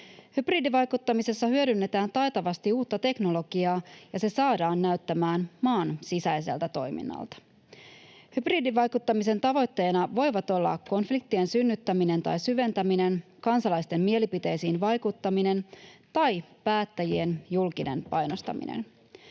Hybridivaikuttamisessa hyödynnetään taitavasti uutta teknologiaa, ja se saadaan näyttämään maan sisäiseltä toiminnalta. Hybridivaikuttamisen tavoitteena voivat olla konfliktien synnyttäminen tai syventäminen, kansalaisten mielipiteisiin vaikuttaminen tai päättäjien julkinen painostaminen.